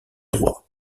droit